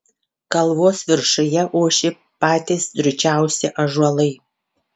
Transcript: kalvos viršuje ošė patys drūčiausi ąžuolai